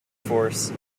force